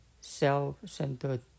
self-centered